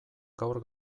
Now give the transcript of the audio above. gaur